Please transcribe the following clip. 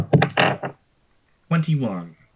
Twenty-one